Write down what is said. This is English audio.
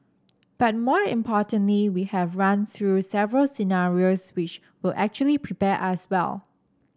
but more importantly we have run through several scenarios which will actually prepare us well